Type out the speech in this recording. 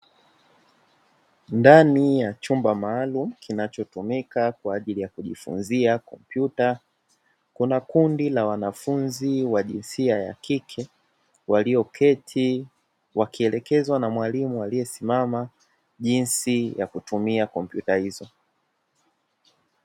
Ndani ya chumba maalumu kinachotumika kwa ajili ya kutunzia kompyuta, kuna kundi la wanafunzi wa jinsia ya kike walioketi, wakielekezwa na mwalimu aliyesimama jinsi ya kutumia kompyuta hizo.